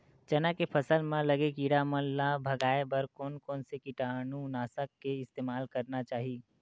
चना के फसल म लगे किड़ा मन ला भगाये बर कोन कोन से कीटानु नाशक के इस्तेमाल करना चाहि?